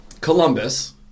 Columbus